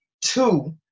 two